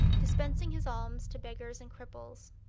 dispensing his alms to beggars and cripples.